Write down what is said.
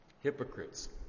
hypocrites